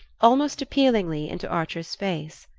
almost appealingly, into archer's face.